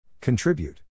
Contribute